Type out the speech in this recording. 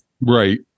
Right